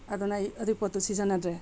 ꯑꯗꯨꯅ ꯑꯩ ꯑꯗꯨ ꯄꯣꯠꯇꯨ ꯁꯤꯖꯟꯅꯗ꯭ꯔꯦ